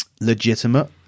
legitimate